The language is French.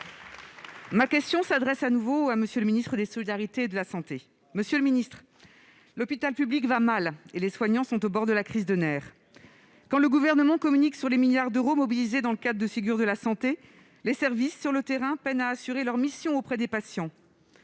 Ma question s'adresse à M. le ministre des solidarités et de la santé. Monsieur le ministre, l'hôpital public va mal et les soignants sont au bord de la crise de nerfs. Quand le Gouvernement communique sur les milliards d'euros mobilisés dans le cadre du Ségur de la santé, sur le terrain, les services peinent à assurer leurs missions auprès des patients.